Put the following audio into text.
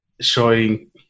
showing